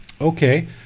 okay